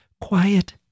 quiet